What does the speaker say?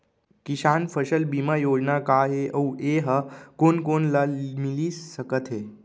किसान फसल बीमा योजना का हे अऊ ए हा कोन कोन ला मिलिस सकत हे?